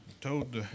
told